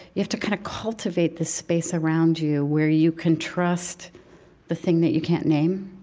you have to kind of cultivate the space around you, where you can trust the thing that you can't name.